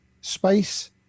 space